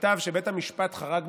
נכתב שבית המשפט חרג מסמכותו.